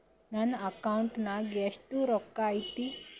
ನನ್ನ ಅಕೌಂಟ್ ನಾಗ ಎಷ್ಟು ರೊಕ್ಕ ಐತಿ?